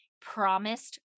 promised